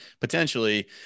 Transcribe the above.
potentially